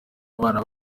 abana